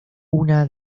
una